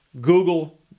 Google